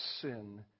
sin